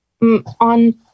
on